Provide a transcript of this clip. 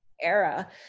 era